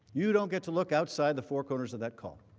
you don't get to look outside the four corners of that call.